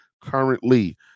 currently